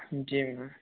जी ma'am